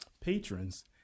patrons